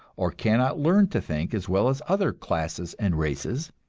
or cannot learn to think as well as other classes and races,